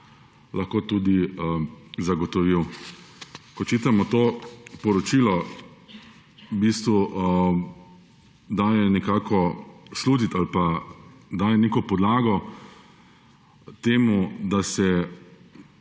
lahko tudi zagotovil. Ko čitamo to poročilo, v bistvu daje nekako slutiti ali pa daje neko podlago temu, da se